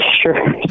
Sure